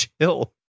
chill